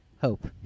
hope